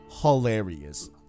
hilarious